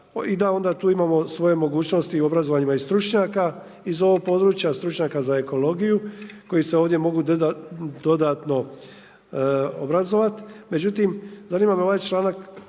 i da onda imamo svoje mogućnosti u obrazovanjima i stručnjaka iz ovog područja. Stručnjaka za ekologiju, koji se ovdje mogu dodatno obrazovati. Međutim, zanima me ovaj članak